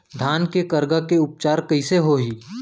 धान के करगा के उपचार कइसे होही?